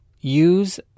use